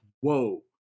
whoa